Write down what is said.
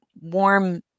warm